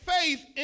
faith